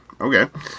Okay